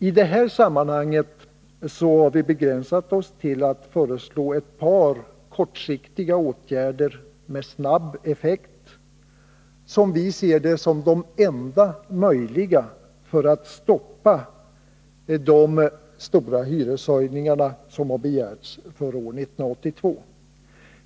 I detta sammanhang har vi begränsat oss till att föreslå ett par kortsiktiga åtgärder med snabb effekt, som vi ser som de enda möjliga för att vi skall kunna stoppa de stora hyreshöjningar som har begärts för år 1982.